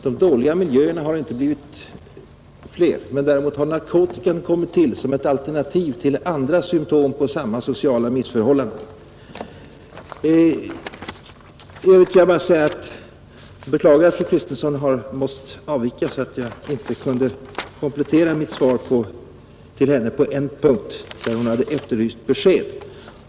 De dåliga miljöerna har inte blivit fler. Däremot har narkotikan kommit till som ett alternativ till andra symtom på samma sociala missförhållanden. Jag beklagar att fru Kristensson har måst avvika så att jag inte kan komplettera mitt svar till henne på en punkt där hon har efterlyst besked.